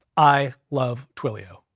i love twilio.